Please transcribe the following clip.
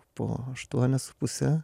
po aštuonias su puse